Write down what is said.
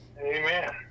Amen